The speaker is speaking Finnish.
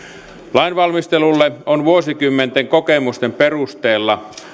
lainvalmistelulle on vuosikymmenten kokemusten perusteella